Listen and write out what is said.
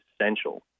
essential